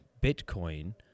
Bitcoin